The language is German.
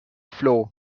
floh